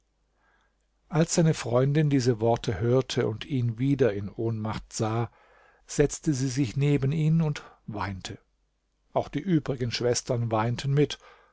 als seine freundin diese worte hörte und ihn wieder in ohnmacht sah setzte sie sich neben ihn und weinte auch die übrigen schwestern weinten mit